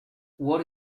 what